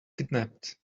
kidnapped